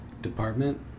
department